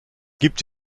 gibt